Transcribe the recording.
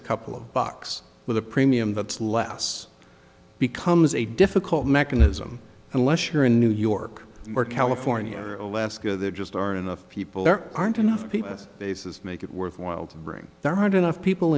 a couple of bucks with a premium that's less becomes a difficult mechanism unless you're in new york or california or alaska there just are enough people there aren't enough people basis make it worthwhile to bring their hard enough people